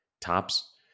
tops